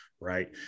right